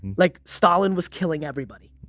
like stalin was killing everybody.